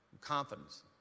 confidence